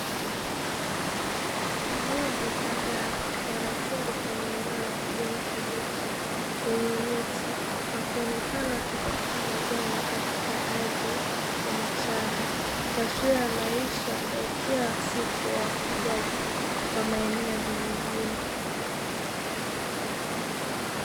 Mbuzi kadhaa wanachungwa kwenye eneo la kijani kibichi lenye miti, wakionekana wakitafuta majani katika ardhi ya mchanga, taswira ya maisha ya kila siku ya wafugaji wa maeneo ya vijijini.